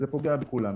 זה פוגע בכולם.